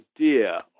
idea